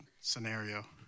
scenario